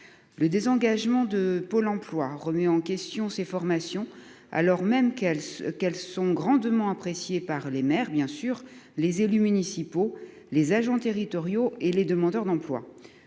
Le désengagement de Pôle emploi remet en question ces formations, alors même qu'elles sont grandement appréciées par les maires, les élus municipaux, les agents territoriaux et les demandeurs d'emploi.